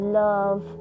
love